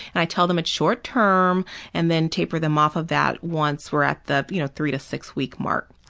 and i told them it's short term and then taper them off of that once we're at the you know three to six-week mark.